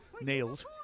nailed